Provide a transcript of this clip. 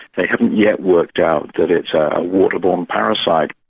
they haven't yet worked out that it's a water-born parasite.